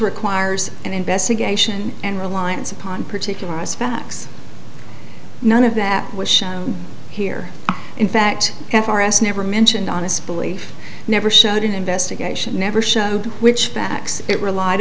requires an investigation and reliance upon particularize facts none of that was shown here in fact f r s never mentioned honest belief never showed an investigation never showed which backs it relied